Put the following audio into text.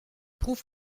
prouve